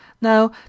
Now